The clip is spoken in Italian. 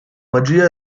magia